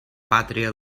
pàtria